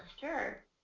Sure